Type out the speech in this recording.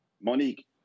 Monique